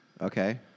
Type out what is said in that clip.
Okay